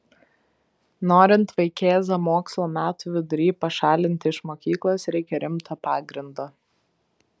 norint vaikėzą mokslo metų vidury pašalinti iš mokyklos reikia rimto pagrindo